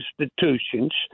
institutions